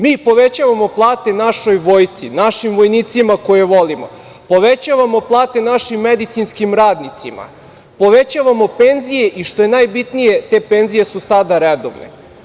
Mi povećavamo plate našoj vojsci, našim vojnicima koje volimo, povećavamo plate našim medicinskim radnicima, povećavamo penzije i, što je najbitnije, te penzije su sada redovne.